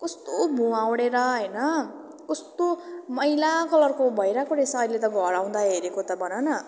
कस्तो भुवा उठेर होइन कस्तो मैला कलरको भइरहेको रहेछ अहिले त घर आउँदा हेरेको त भन न